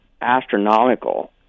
astronomical